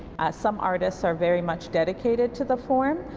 as some artists are very much dedicated to the form,